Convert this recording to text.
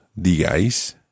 digáis